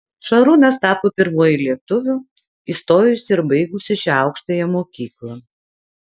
šarūnas tapo pirmuoju lietuviu įstojusiu ir baigusiu šią aukštąją mokyklą